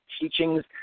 teachings